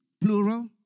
plural